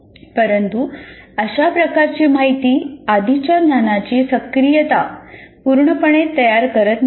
परंतु अशा प्रकारची माहिती आधीच्या ज्ञानाची सक्रियता पूर्णपणे तयार करत नाही